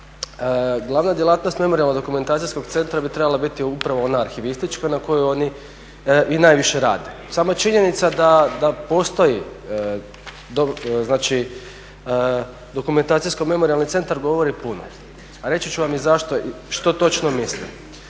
glavna djelatnost Memorijalno dokumentacijskog centra bi trebala biti upravo ona arhivistička na kojoj oni i najviše rade. Samo je činjenica da postoji, znači Dokumentacijski memorijalni centar govori puno, a reći ću vam i zašto, što točno mislim.